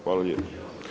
Hvala lijepa.